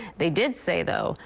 they did say, though,